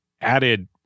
added